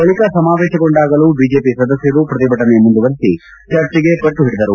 ಬಳಕ ಸಮಾವೇಶಗೊಂಡಾಗಲೂ ಬಿಜೆಪಿ ಸದಸ್ಯರು ಪ್ರತಿಭಟನೆ ಮುಂದುವರೆಸಿ ಚರ್ಚೆಗೆ ಪಟ್ಟು ಹಿಡಿದರು